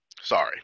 Sorry